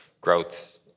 growth